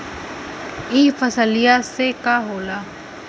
ई फसलिया से का होला?